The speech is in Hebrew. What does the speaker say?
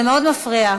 זה מאוד מפריע.